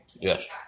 Yes